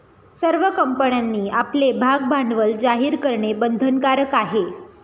सर्व कंपन्यांनी आपले भागभांडवल जाहीर करणे बंधनकारक आहे